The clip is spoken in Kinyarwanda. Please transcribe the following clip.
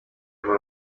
vuba